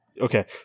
Okay